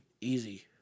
Easy